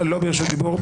אתה לא ברשות דיבור.